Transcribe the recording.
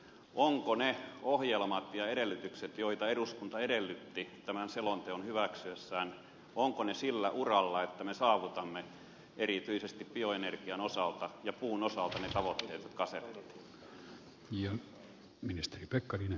ovatko ne ohjelmat ja edellytykset joita eduskunta edellytti tämän selonteon hyväksyessään sillä uralla että me saavutamme erityisesti bioenergian osalta ja puun osalta ne tavoitteet jotka asetettiin